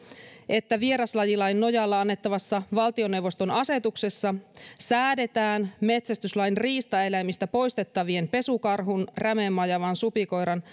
että vieraslajilain nojalla annettavassa valtioneuvoston asetuksessa säädetään metsästyslain riistaeläimistä poistettavien pesukarhun rämemajavan supikoiran